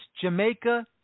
Jamaica